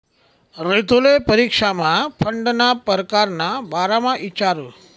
रितुले परीक्षामा फंडना परकार ना बारामा इचारं